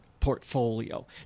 portfolio